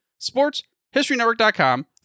sportshistorynetwork.com